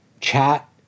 chat